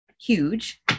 huge